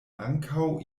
ankaŭ